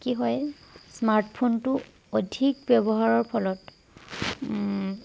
কি হয় স্মাৰ্টফোনটো অধিক ব্যৱহাৰৰ ফলত